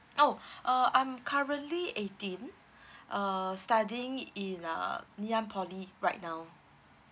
oh uh I'm currently eighteen uh studying in uh ngee ann poly right now